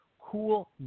cool